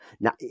Now